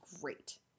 great